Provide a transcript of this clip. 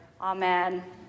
Amen